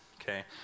Okay